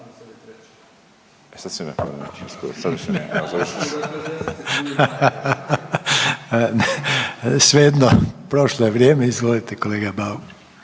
Svejedno, prošlo je vrijeme. Izvolite kolega Bauk.